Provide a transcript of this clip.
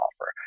offer